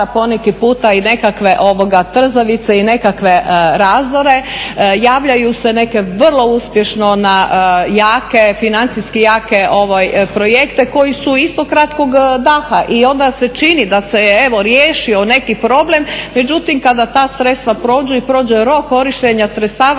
poneki puta i nekakve trzavice i nekakve razdore. Javljaju se neke vrlo uspješno na financijski jake projekte koji su isto kratkog daha i onda se čini da se riješio neki problem. Međutim, kada ta sredstva prođu i prođe rok korištenja sredstava